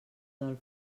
del